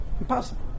Impossible